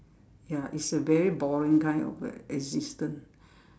ya it's a very boring kind of a existence